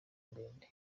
ndende